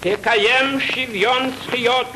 תקיים שוויון זכויות